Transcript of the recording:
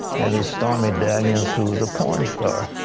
and stormy daniels who is a porn star.